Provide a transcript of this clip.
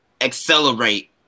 accelerate